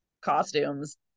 costumes